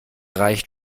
reicht